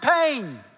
pain